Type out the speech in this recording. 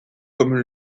comme